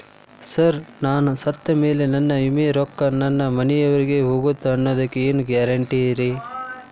Sir ನಾನು ಸತ್ತಮೇಲೆ ನನ್ನ ವಿಮೆ ರೊಕ್ಕಾ ನನ್ನ ಮನೆಯವರಿಗಿ ಹೋಗುತ್ತಾ ಅನ್ನೊದಕ್ಕೆ ಏನ್ ಗ್ಯಾರಂಟಿ ರೇ?